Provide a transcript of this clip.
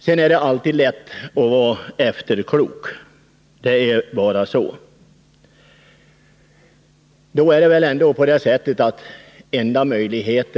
Det är sedan alltid lätt att vara efterklok — det är bara så.